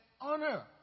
honor